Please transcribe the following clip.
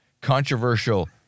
controversial